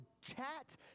Chat